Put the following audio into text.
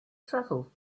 travel